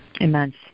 Immense